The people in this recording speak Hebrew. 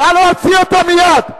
נא להוציא אותו מייד.